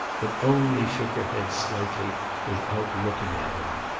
but only shook her head slightly without looking at him.